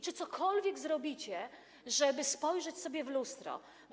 Czy cokolwiek zrobicie, żeby spojrzeć na siebie w lustrze?